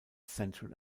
central